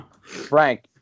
Frank